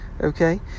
Okay